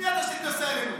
מי אתה שתתנשא עלינו?